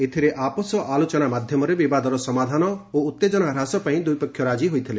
ଏଥିରେ ଆପୋଷ ଆଲୋଚନା ମାଧ୍ୟମରେ ବିବାଦର ସମାଧାନ ଓ ଉତ୍ତେକନା ହ୍ରାସ ପାଇଁ ଦୁଇପକ୍ଷ ରାଜି ହୋଇଥିଲେ